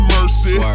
Mercy